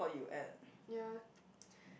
ya